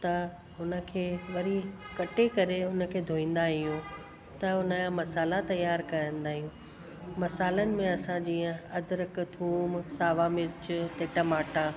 त हुन खे वरी कटे करे हुन खे धोईंदा आहियूं त हुन या मसाला त्यारु कंदा आहियूं मसालनि में असां जीअं अदरक थूम सावा मिर्च ते टमाटा